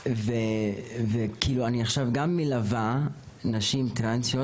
וכאילו אני עכשיו גם מלווה נשים טרנסיות